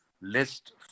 list